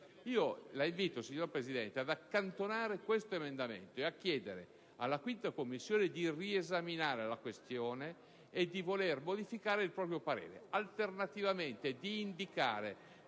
La invito, signor Presidente, ad accantonare questo emendamento e a chiedere alla 5ª Commissione di riesaminare la questione e di voler modificare il proprio parere, o, in alternativa, di indicare